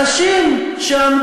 אתה לא